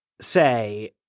say –